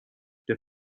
der